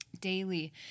daily